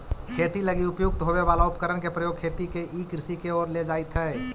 खेती लगी उपयुक्त होवे वाला उपकरण के प्रयोग खेती के ई कृषि के ओर ले जाइत हइ